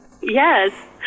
Yes